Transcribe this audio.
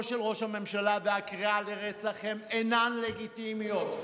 של ראש הממשלה והקריאה לרצח הן אינן לגיטימיות.